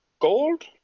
gold